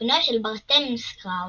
בנו של ברטמיוס קראוץ',